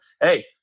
hey